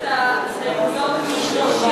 ההסתייגות של קבוצת סיעת חד"ש,